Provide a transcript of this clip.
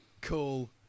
Cool